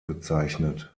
bezeichnet